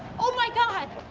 oh, my god!